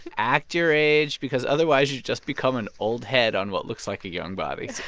act your age because, otherwise, you just become an old head on what looks like a young body